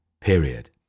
period